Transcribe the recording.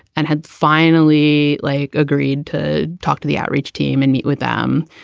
and had finally like agreed to talk to the outreach team and meet with them.